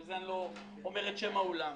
לכן אני לא אומר את שם האולם.